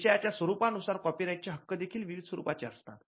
विषयाच्या स्वरूपा नुसार कॉपी राईट चे हक्क देखील विविध स्वरूपाचे असतात